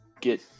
get